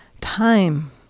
time